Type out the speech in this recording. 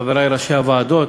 חברי ראשי הוועדות,